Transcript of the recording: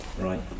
Right